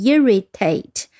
Irritate